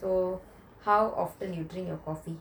so how often you drink your coffee